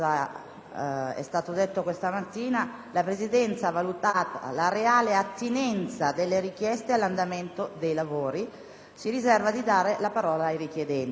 è stato detto nella seduta antimeridiana: la Presidenza, valutata la reale attinenza delle richieste all'andamento dei lavori, si riserva di dare la parola ai richiedenti.